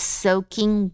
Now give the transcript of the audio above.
soaking